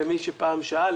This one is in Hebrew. למי שפעם שאל,